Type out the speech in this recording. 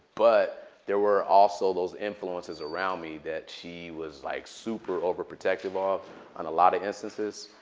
but there were also those influences around me that she was like super overprotective of on a lot of instances.